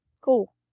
Cool